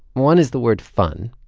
one is the word fun,